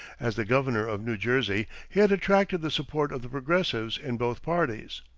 as the governor of new jersey he had attracted the support of the progressives in both parties.